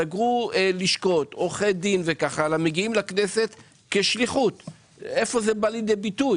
שסגרו לשכות - איפה זה בא לידי ביטוי?